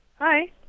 Hi